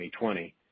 2020